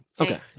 Okay